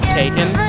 taken